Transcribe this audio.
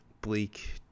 bleak